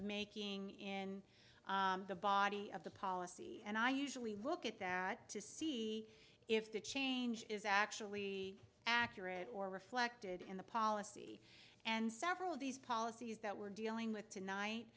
making in the body of the policy and i usually look at that to see if the change is actually accurate or reflected in the policy and several of these policies that we're dealing with tonight